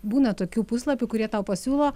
būna tokių puslapių kurie tau pasiūlo